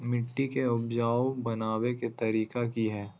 मिट्टी के उपजाऊ बनबे के तरिका की हेय?